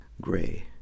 gray